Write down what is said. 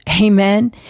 Amen